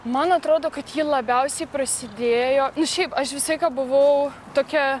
man atrodo kad ji labiausiai prasidėjo nu šiaip aš visą laiką buvau tokia